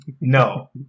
no